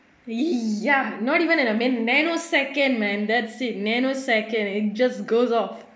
ya not even I mean nanosecond man that's it nanosecond it just goes off